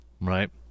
Right